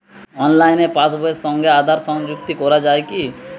অনলাইনে পাশ বইয়ের সঙ্গে আধার সংযুক্তি করা যায় কি?